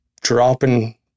dropping